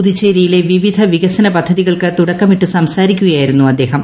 പുതുച്ചേരിയിലെ വിവിധ വികസന പദ്ധതികൾക്ക് തുടക്കമിട്ട് സംസാരിക്കുകയായിരുന്നു അദ്ദേഹം